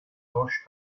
hoş